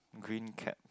green cap